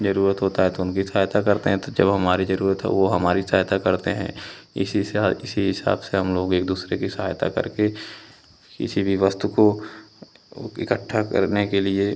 ज़रूरत होती है तो उनकी सहायता करते हैं तो जब हमारी ज़रूरत है वह हमारी सहायता करते हैं इसी से हाँ इसी हिसाब से हम लोग एक दूसरे की सहायता करके किसी भी वस्तु को वह इकट्ठा करने के लिए